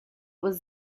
was